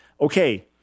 Okay